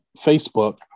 Facebook